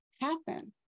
Happen